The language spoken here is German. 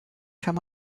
kann